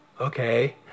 okay